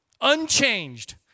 unchanged